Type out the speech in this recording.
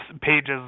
pages